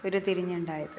ഉരുത്തിരിഞ്ഞുണ്ടായത്